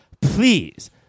Please